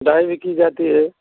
die भी की जाती है